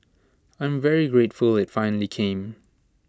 I am very grateful IT finally came